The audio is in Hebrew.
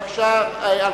התש"ע 2010,